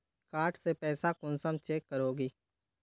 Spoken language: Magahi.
कार्ड से पैसा कुंसम चेक करोगी?